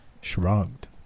shrugged